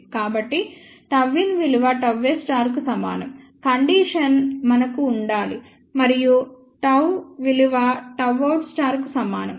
కాబట్టి Γin విలువ Γs కు సమానం కండీషన్ మనకు ఉండాలి మరియు Γ విలువ Γout కు సమానం